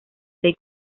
seis